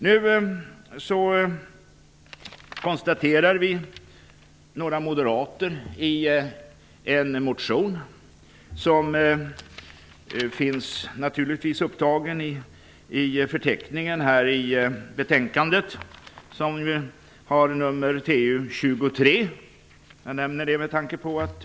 Jag har tillsammans med några andra moderater väckt en motion, nr T19, som naturligtvis finns upptagen i förteckningen i detta betänkande, TU23.